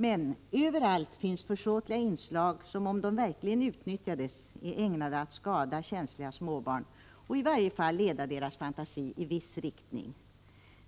Men överallt finns försåtliga inslag som — om de verkligen utnyttjas — är ägnade att skada känsliga småbarn, i varje fall att leda deras fantasi i viss riktning.